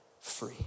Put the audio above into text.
free